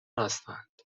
هستند